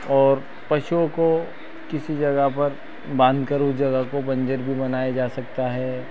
और पशुओं को किसी जगह पर बांधकर उस जगह को बंजर भी बनाया जा सकता है